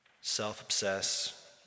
self-obsess